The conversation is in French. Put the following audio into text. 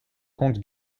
comte